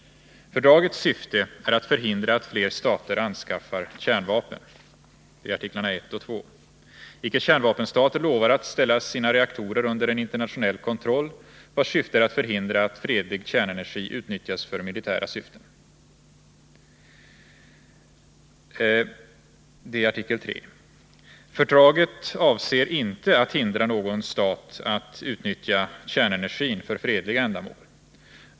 Fördragets syfte är att förhindra att fler stater anskaffar kärnvapen . Icke-kärnvapenstaterna lovar att ställa sina reaktorer under en internationell kontroll vars syfte är att förhindra att fredlig kärnenergi utnyttjas för militära syften . Fördraget avser inte att hindra någon stat att utnyttja kärnenergin för fredliga ändamål.